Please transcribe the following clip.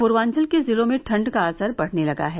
पूर्वांचल के जिलों में ठंड का असर बढ़ने लगा है